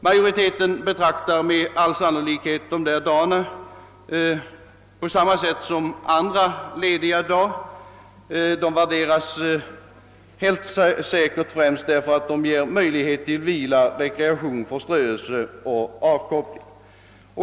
Majoriteten betraktar med all sannolikhet dessa dagar på samma sätt som andra lediga dagar. De värderas helt säkert främst med hänsyn till att de ger möjlighet till vila, rekreation, förströelse och avkoppling.